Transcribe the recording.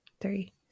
three